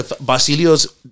Basilio's